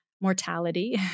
mortality